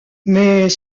mais